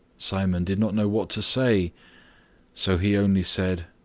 simon did not know what to say so he only said,